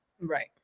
Right